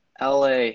LA